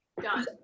done